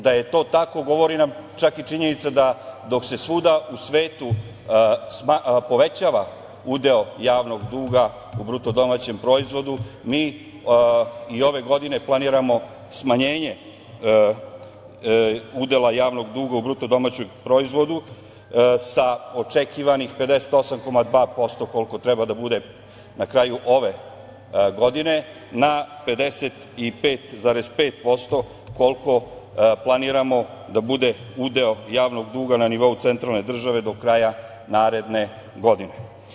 Da je to tako, govori nam čak i činjenica da dok se svuda u svetu povećava udeo javnog duga u BDP-u, mi i ove godine planiramo smanjenje udela javnog duga u BDP-u sa očekivanih 58,2%, koliko treba da bude na kraju ove godine, na 55,5%, koliko planiramo da bude udeo javnog duga na nivou centralne države do kraja naredne godine.